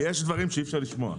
כי יש דברים שאי אפשר לשמוע.